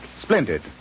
Splendid